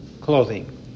clothing